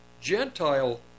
Gentile